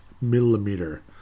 millimeter